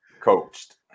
coached